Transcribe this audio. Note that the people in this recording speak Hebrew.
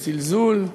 או זלזול,